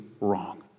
wrong